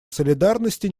солидарности